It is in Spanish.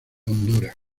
honduras